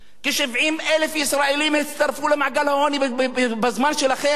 כ-70,000 ישראלים הצטרפו למעגל העוני בזמן שלכם.